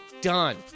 done